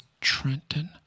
Trenton